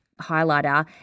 highlighter